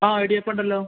ആ ഇടിയപ്പം ഉണ്ടല്ലോ